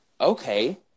okay